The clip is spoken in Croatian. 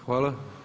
Hvala.